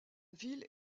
ville